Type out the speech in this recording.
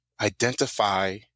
identify